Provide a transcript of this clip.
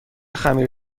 خمیر